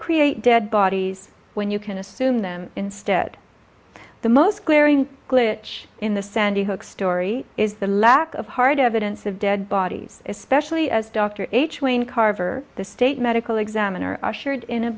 create dead bodies when you can assume them instead the most glaring glitch in the sandy hook story is the lack of hard evidence of dead bodies especially as dr h wayne carver the state medical examiner ushered in a